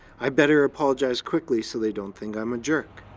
i'd better apologize quickly so they don't think i'm a jerk.